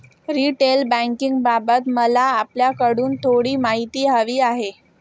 retail बँकिंगबाबत मला आपल्याकडून थोडी माहिती हवी आहे